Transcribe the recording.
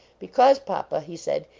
because, papa, he said,